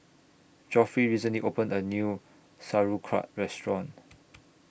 Geoffrey recently opened A New Sauerkraut Restaurant